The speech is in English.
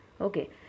Okay